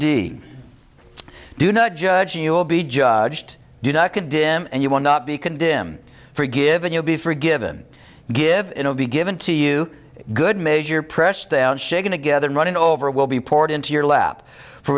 d do not judge you will be judged do not condemn and you will not be condemned forgiven you'll be forgiven give it will be given to you good measure pressed down shaken together and running over will be poured into your lap for